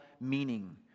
meaning